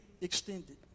extended